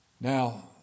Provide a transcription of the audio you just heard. Now